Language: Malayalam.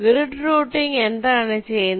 ഗ്രിഡ് റൂട്ടിംഗ് എന്താണ് പറയുന്നത്